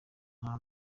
nta